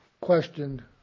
questioned